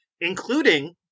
including